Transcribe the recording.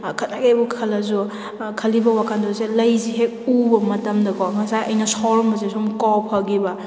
ꯈꯠꯅꯒꯦꯕꯨ ꯈꯜꯂꯁꯨ ꯈꯜꯂꯤꯕ ꯋꯥꯈꯜꯗꯨꯁꯦ ꯂꯩꯁꯦ ꯍꯦꯛ ꯎꯕ ꯃꯇꯝꯗꯀꯣ ꯉꯁꯥꯏ ꯑꯩꯅ ꯁꯥꯎꯔꯝꯕꯁꯦ ꯁꯨꯝ ꯀꯥꯎ ꯐꯈꯤꯕ